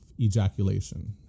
ejaculation